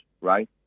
right